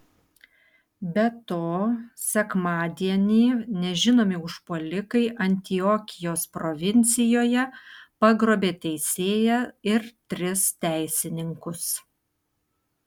be to sekmadienį nežinomi užpuolikai antiokijos provincijoje pagrobė teisėją ir tris teisininkus